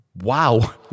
Wow